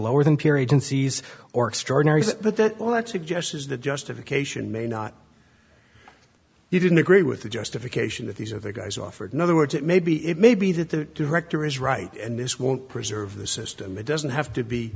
lower than periods in seas or extraordinary but that all that suggests is that justification may not you didn't agree with the justification that these other guys offered in other words it may be it may be that the director is right and this won't preserve the system it doesn't have to be